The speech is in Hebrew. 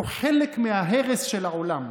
הוא חלק מההרס של העולם,